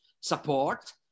support